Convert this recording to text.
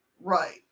Right